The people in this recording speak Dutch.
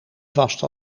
vast